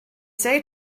say